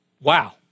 Wow